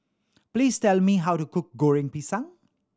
please tell me how to cook Goreng Pisang